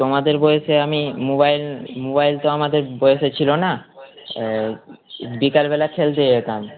তোমাদের বয়সে আমি মোবাইল মোবাইল তো আমাদের বয়সে ছিলো না বিকালবেলা খেলতে যেতাম